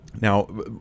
Now